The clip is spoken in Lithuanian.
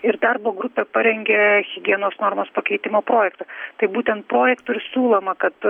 ir darbo grupė parengė higienos normos pakeitimo projektą tai būtent projektu ir siūloma kad